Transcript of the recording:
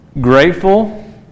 grateful